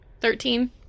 Thirteen